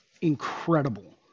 incredible